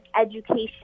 education